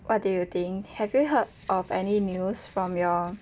what do you think have you heard of any news from your